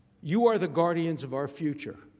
you are the guardians of our future.